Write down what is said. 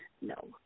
No